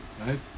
right